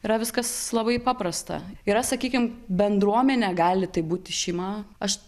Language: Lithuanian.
yra viskas labai paprasta yra sakykim bendruomenė gali tai būti šeima aš